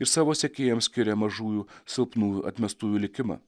ir savo sekėjams skiria mažųjų silpnųjų atmestųjų likimą